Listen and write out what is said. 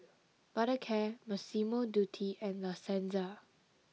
Mothercare Massimo Dutti and La Senza